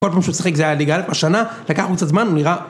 כל פעם שהוא שיחק זה היה ליגה אלף, השנה, לקח לו קצת זמן, הוא נראה...